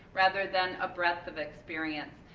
rather than a breathe of experience.